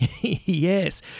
Yes